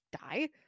die